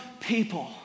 people